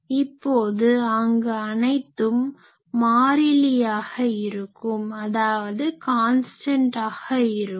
இப்போது அங்கு அனைத்தும் மாறிலியாக இருக்கும்